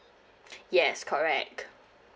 yes correct